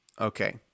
Okay